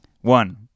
One